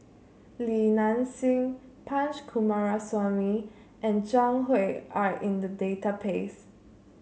Li Nanxing Punch Coomaraswamy and Zhang Hui are in the database